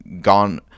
gone